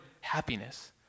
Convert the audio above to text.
happiness